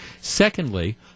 Secondly